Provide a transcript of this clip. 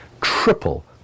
triple